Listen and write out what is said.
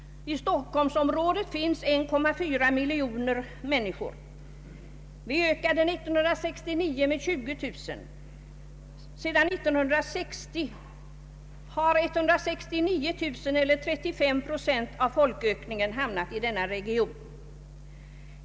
I Stockholmsområdet finns 1,4 miljoner människor. Vi ökade år 1969 med 20 000. Sedan år 1960 har 169 000 människor, eller 35 procent av folkökningen, hamnat i denna region.